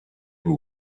who